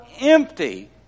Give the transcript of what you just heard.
empty